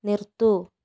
നിർത്തൂ